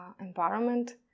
environment